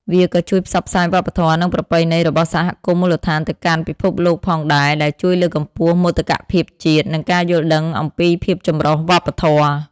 វាក៏ជួយផ្សព្វផ្សាយវប្បធម៌ និងប្រពៃណីរបស់សហគមន៍មូលដ្ឋានទៅកាន់ពិភពលោកផងដែរ ដែលជួយលើកកម្ពស់មោទកភាពជាតិ និងការយល់ដឹងអំពីភាពចម្រុះវប្បធម៌។